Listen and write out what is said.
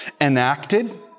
enacted